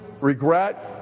regret